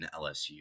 LSU